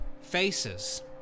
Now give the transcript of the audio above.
faces